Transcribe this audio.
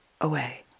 away